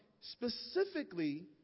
specifically